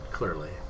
Clearly